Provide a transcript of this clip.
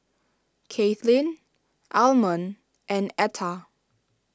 Kathlyn Almon and Etta